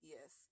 Yes